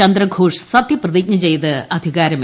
ചന്ദ്രഘോഷ് സത്യപ്രതിജ്ഞ ചെയ്ത് അധികാരമേറ്റു